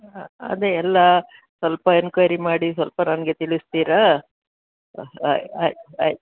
ಅ ಅದೆ ಎಲ್ಲ ಸ್ವಲ್ಪ ಎನ್ಕ್ವೇರಿ ಮಾಡಿ ಸ್ವಲ್ಪ ನನ್ಗೆ ತಿಳಿಸ್ತೀರಾ ಆಯ್ತ್ ಆಯ್ತ್ ಆಯ್ತು